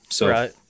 Right